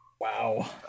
Wow